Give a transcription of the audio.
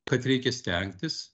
kad reikia stengtis